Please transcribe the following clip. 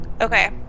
Okay